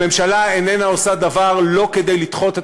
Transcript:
הממשלה איננה עושה דבר לא כדי לדחות את